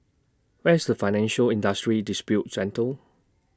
Where IS Financial Industry Disputes Center